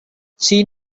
see